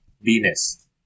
Venus